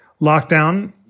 lockdown